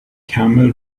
camel